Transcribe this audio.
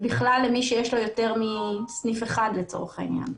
למי שיש לו יותר מסניף אחד לצורך העניין.